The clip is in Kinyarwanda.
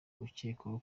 ucyekwaho